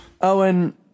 Owen